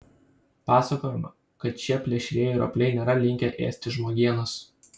pasakojama kad šie plėšrieji ropliai nėra linkę ėsti žmogienos